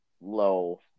low